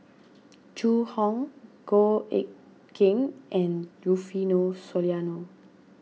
Zhu Hong Goh Eck Kheng and Rufino Soliano